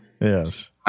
Yes